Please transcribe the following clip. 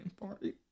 Party